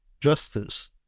justice